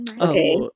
okay